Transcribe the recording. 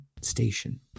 station